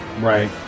Right